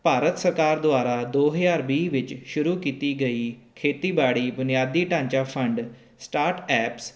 ਭਾਰਤ ਸਰਕਾਰ ਦੁਆਰਾ ਦੋ ਹਜ਼ਾਰ ਵੀਹ ਵਿੱਚ ਸ਼ੁਰੂ ਕੀਤੀ ਗਈ ਖੇਤੀਬਾੜੀ ਬੁਨਿਆਦੀ ਢਾਂਚਾ ਫੰਡ ਸਟਾਰਟ ਐਪਸ